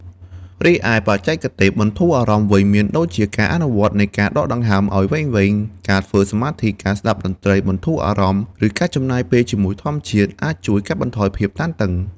រីឯ បច្ចេកទេសបន្ធូរអារម្មណ៍វិញមានដូចជា ការអនុវត្តនៃការដកដង្ហើមឲ្យវែងៗ ការធ្វើសមាធិ ការស្តាប់តន្ត្រីបន្ធូរអារម្មណ៍ ឬការចំណាយពេលជាមួយធម្មជាតិ អាចជួយកាត់បន្ថយភាពតានតឹង។